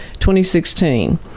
2016